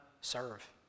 serve